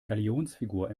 galionsfigur